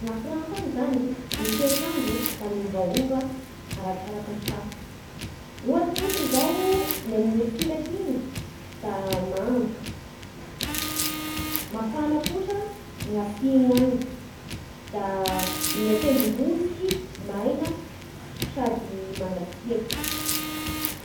Agny France agny zany e ny toetr'andro da miovaova arakaraky ny faritsa. Ohatsy fotsiny izao ny amorotsiraky igny da mando; mafana kosa ny atsimo agny, da ny an-tendrombohitsy maina sady mangatsiaky.